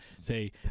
say